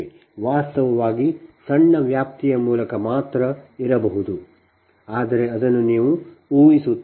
ವಾಸ್ತವದಲ್ಲಿ ಸಣ್ಣ ವ್ಯಾಪ್ತಿಯ ಮೂಲಕ ಮಾತ್ರ ಇರಬಹುದು ಆದರೆ ನೀವು ಅದನ್ನು ಊಹಿಸುತ್ತೀರಿ